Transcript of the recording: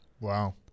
Wow